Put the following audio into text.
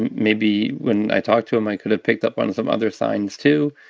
and maybe when i talked to him, i could have picked up on some other signs, too,